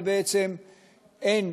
ובעצם אין,